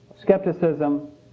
skepticism